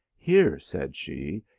here, said she,